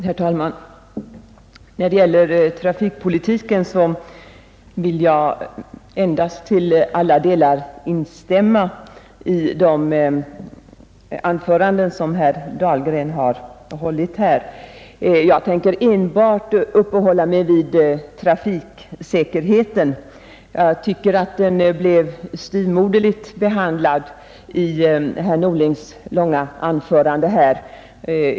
Herr talman! När det gäller trafikpolitiken vill jag inskränka mig till att till alla delar instämma i de anföranden som herr Dahlgren hållit. Jag tänker enbart uppehålla mig vid trafiksäkerheten; jag tycker att den blev styvmoderligt behandlad i herr Norlings långa anförande.